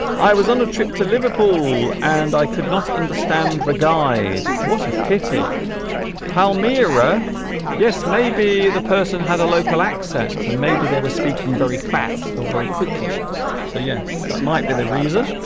i was on a trip to liverpool and i could not understand the guide what a pity pal mira yes maybe the person had a local accent and maybe they were speaking very fast or very quickly so yes that might be the reason